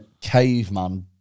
caveman